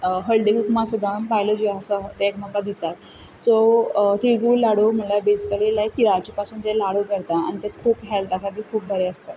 हळदी कुकुमाक सुद्दां बायलो ज्यो आसा त्यो एकामेका दितात सो तिळगूळ लाडू म्हणल्यार बॅसिकली लायक तिळाचे पासून जे लाडू करतात आनी ते खूब हेल्था खातीर खूब बरे आसतात